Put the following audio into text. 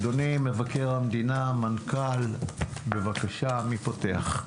אדוני מבקר המדינה, המנכ"ל, בבקשה מי פותח?